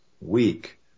weak